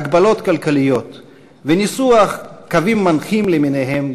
הגבלות כלכליות וניסוח קווים מנחים למיניהם,